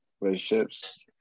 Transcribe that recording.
Relationships